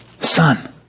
Son